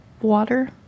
water